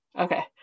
Okay